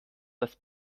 dass